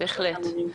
בהחלט.